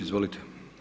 Izvolite.